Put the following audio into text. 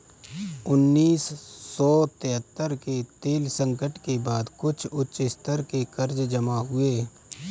उन्नीस सौ तिहत्तर के तेल संकट के बाद कुछ उच्च स्तर के कर्ज जमा हुए